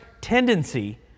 tendency